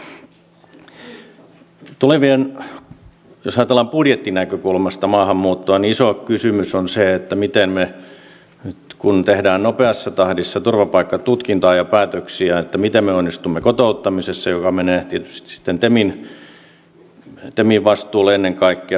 jos ajatellaan budjettinäkökulmasta maahanmuuttoa niin iso kysymys on se miten me nyt kun tehdään nopeassa tahdissa turvapaikkatutkintaa ja päätöksiä onnistumme kotouttamisessa joka menee tietysti temin vastuulle ennen kaikkea